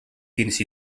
fins